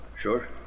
Sure